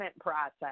process